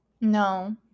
No